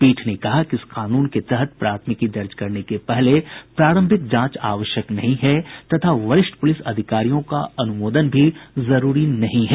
पीठ ने कहा कि इस कानून के तहत प्राथमिकी दर्ज करने के पहले प्रारंभिक जांच आवश्यक नहीं है तथा वरिष्ठ प्रलिस अधिकारियों का अनुमोदन भी जरूरी नहीं है